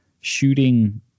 shooting